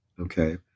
Okay